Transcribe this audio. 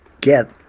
get